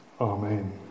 Amen